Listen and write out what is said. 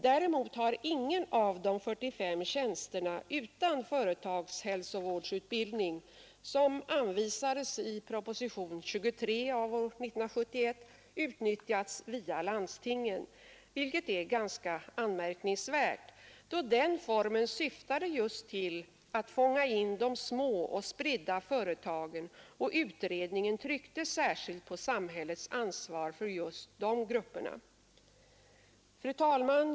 Däremot har ingen av de 45 tjänsterna utan företagshälsovårdsutbildning, som anvisa ganska anmärkningsvärt, då den formen syftade just till att fånga in de små och spridda företagen och utredningen tryckte särskilt på samhällets ansvar för just dessa grupper. Fru talman!